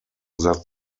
that